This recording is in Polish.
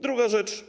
Druga rzecz.